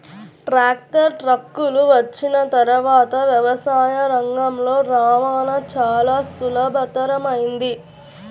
tractor, ట్రక్కులు వచ్చిన తర్వాత వ్యవసాయ రంగంలో రవాణా చాల సులభతరమైంది